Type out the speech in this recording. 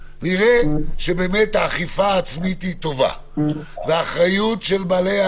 לפחות תציג לנו תכנית שבאה ואומרת: אם שלב א'